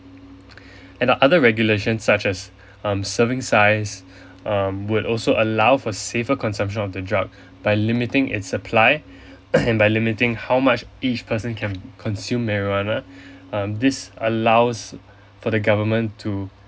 and other regulation such as um serving size um would also allow for safer consumption of the drug by limiting it's supply by limiting how much each person can consume marijuana um this allows for the government to